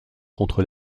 contre